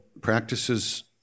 practices